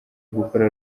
gukora